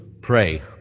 pray